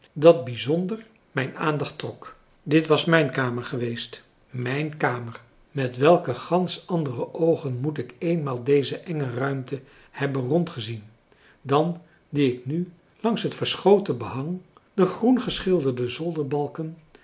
dat bijzonder mijn aandacht trok dit was mijn kamer geweest mijn kamer met welke gansch andere oogen moet ik eenmaal deze enge ruimte hebben rondgezien dan die ik nu langs het verschoten behang de groen geschilderde